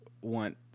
want